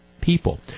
people